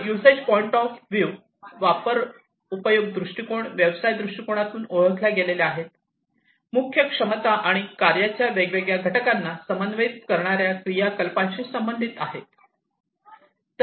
तर uses point वापर उपयोग दृष्टिकोन व्यवसाय दृष्टीकोनातून ओळखल्या गेलेल्या मुख्य क्षमता आणि कार्याच्या वेगवेगळ्या घटकांना समन्वयित करणार्या क्रियाकलापांशी संबंधित आहेत